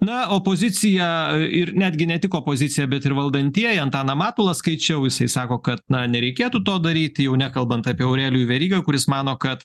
na opozicija ir netgi ne tik opozicija bet ir valdantieji antaną matulą skaičiau jisai sako kad na nereikėtų to daryti jau nekalbant apie aurelijų verygą kuris mano kad